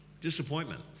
Disappointment